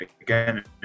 again